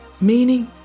Meaning